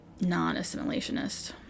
non-assimilationist